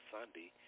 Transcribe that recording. Sunday